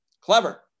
Clever